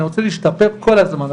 אני רוצה להשתפר כל הזמן,